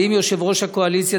ועם יושב-ראש הקואליציה,